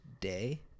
day